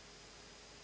Hvala.